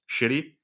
shitty